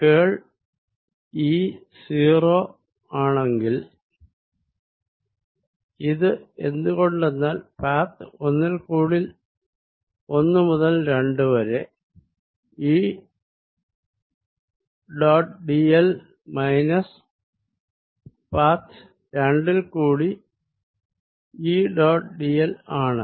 കേൾ E 0 ആണെങ്കിൽ ഇത് എന്ത് കൊണ്ടെന്നാൽ പാഥ് 1 ൽ കൂടി 1 മുതൽ 2 വരെ E ഡിറ്റ് dl മൈനസ് പാഥ് 2 ൽ കൂടി E ഡോട്ട് dl ആണ്